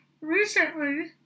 Recently